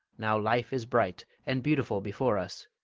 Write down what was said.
now life is bright and beautiful before us,